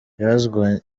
yazanywe